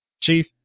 Chief